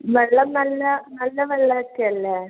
വെള്ളം നല്ല വെള്ളം നല്ല വെള്ളമൊക്കെയല്ലേ